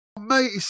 Mate